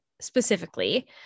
specifically